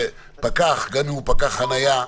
פקח גם אם הוא פקח חנייה,